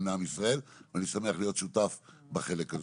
לעם ישראל ואני שמח להיות שותף בחלק הזה.